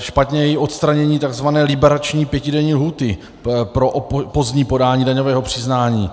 Špatné je i odstranění tzv. liberační pětidenní lhůty pro pozdní podání daňového přiznání.